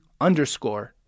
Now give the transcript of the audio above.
underscore